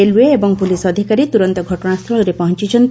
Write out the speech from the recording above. railway ଏବଂ police ଅଧିକାରୀ ତୁରନ୍ତ ଘଟଣାସ୍ଥଳରେ ପହଞ୍ଚୁଛନ୍ତି